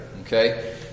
Okay